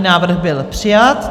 Návrh byl přijat.